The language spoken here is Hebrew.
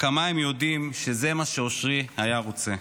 וכמה הם יודעים שזה מה שאושרי היה רוצה.